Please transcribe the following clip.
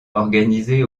organisées